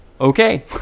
okay